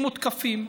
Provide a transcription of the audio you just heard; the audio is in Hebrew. הם מותקפים,